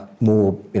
more